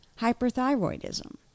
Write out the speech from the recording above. hyperthyroidism